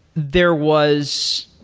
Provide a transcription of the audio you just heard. there was,